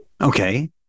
Okay